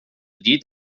llit